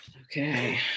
Okay